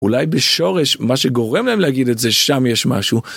אולי בשורש, מה שגורם להם להגיד את זה, שם יש משהו.